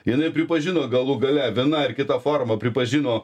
jinai pripažino galų gale viena ar kita forma pripažino